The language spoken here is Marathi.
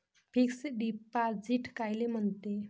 फिक्स डिपॉझिट कायले म्हनते?